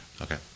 Okay